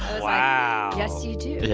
wow yes, you do.